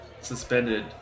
suspended